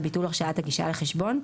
על ביטול הרשאת הגישה לחשבון.